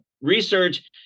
research